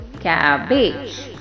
Cabbage